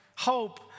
Hope